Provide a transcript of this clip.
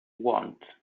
want